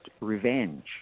revenge